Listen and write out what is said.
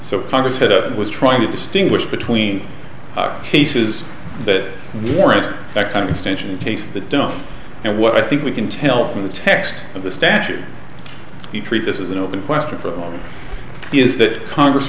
so congress set up and was trying to distinguish between cases that warrants that kind of extension in case they don't know what i think we can tell from the text of the statute we treat this is an open question for them is that congress